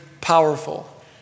powerful